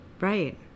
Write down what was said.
right